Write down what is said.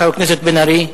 חבר הכנסת מיכאל בן-ארי,